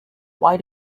why